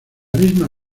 misma